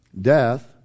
death